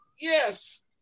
Yes